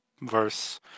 verse